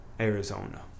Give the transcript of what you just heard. arizona